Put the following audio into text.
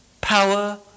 power